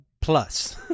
plus